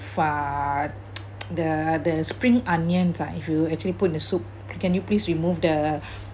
the the spring onions ah if you actually put in the soup can you please remove the